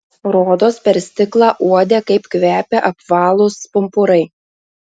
rodos per stiklą uodė kaip kvepia apvalūs pumpurai